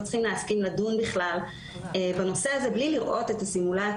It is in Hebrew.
צריכים להסכים בכלל לדון בנושא הזה בלי לראות את הסימולציות.